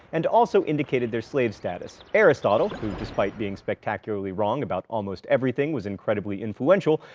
and also indicated their slave status. aristotle, who despite being spectacularly wrong about almost everything was incredibly influential,